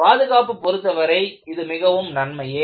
பாதுகாப்பு பொருத்தவரை இது மிகவும் நன்மையே